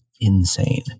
insane